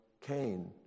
Cain